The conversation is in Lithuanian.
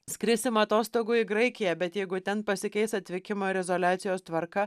skrisim atostogų į graikiją bet jeigu ten pasikeis atvykimo ir izoliacijos tvarka